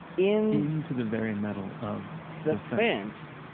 in into the very metal of the fence